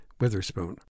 Witherspoon